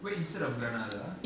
wait instead of granada